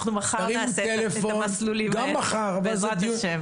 אנחנו מחר נעשה את המסלולים האלה, בעזרת ה׳.